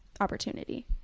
opportunity